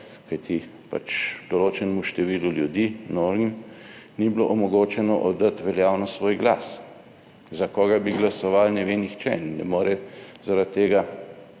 Kajti določenemu številu ljudi, novim, ni bilo omogočeno oddati veljavno svoj glas. Za koga bi glasovali, ne ve nihče in ne more zaradi tega